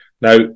Now